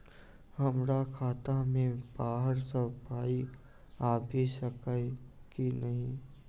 हमरा खाता मे बाहर सऽ पाई आबि सकइय की नहि?